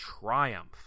triumph